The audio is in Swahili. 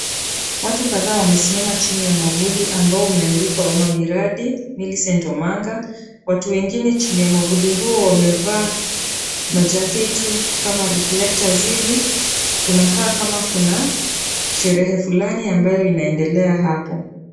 Watu kadhaa wamesimama chini ya mwavuli ambao umeandikwa "Mama Miradi Millicent Omanga." Watu wengine chini ya mwavuli huo wamevaa majaketi kama [c] reflectors[c] hivi. Kunakaa kama kuna sherehe fulani ambayo inaendelea hapo.